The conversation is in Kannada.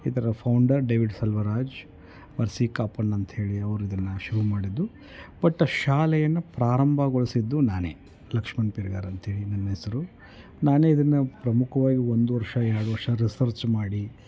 ಇದರ founder David Selvaraj Mercy Kappan ಅಂತ ಹೇಳಿ ಅವ್ರು ಇದನ್ನು ಶುರು ಮಾಡಿದ್ದು ಬಟ್ ಶಾಲೆಯನ್ನು ಪ್ರಾರಂಭಗೊಳಿಸಿದ್ದು ನಾನೇ ಲಕ್ಷ್ಮಣ್ ಪಿರ್ಗಾರ್ ಅಂತ ಹೇಳಿ ನನ್ನ ಹೆಸರು ನಾನೇ ಇದನ್ನು ಪ್ರಮುಖ್ವಾಗಿ ಒಂದು ವರ್ಷ ಎರಡು ವರ್ಷ ರಿಸರ್ಚ್ ಮಾಡಿ